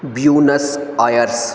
Buenos Aires